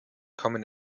kommen